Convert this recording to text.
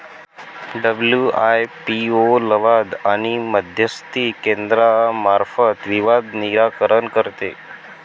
WIPO लवाद आणि मध्यस्थी केंद्रामार्फत विवाद निराकरण करते